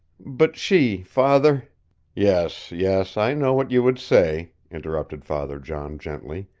but she, father yes, yes, i know what you would say, interrupted father john gently.